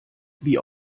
wie